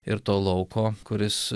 ir to lauko kuris